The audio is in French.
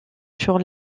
sur